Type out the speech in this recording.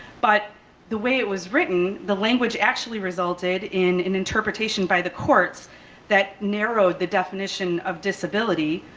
but the way it was written, the language actually resulted in an interpretation by the courts that narrowed the definition of disability.